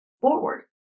forward